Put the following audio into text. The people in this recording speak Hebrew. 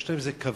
יש להם כוונות,